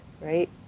right